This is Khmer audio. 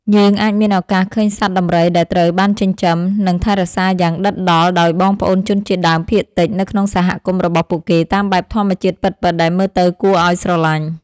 យើងអាចមានឱកាសឃើញសត្វដំរីដែលត្រូវបានចិញ្ចឹម និង ថែរក្សាយ៉ាងដិតដល់ដោយបងប្អូនជនជាតិដើមភាគតិចនៅក្នុងសហគមន៍របស់ពួកគេតាមបែបធម្មជាតិពិតៗដែលមើលទៅគួរឱ្យស្រឡាញ់។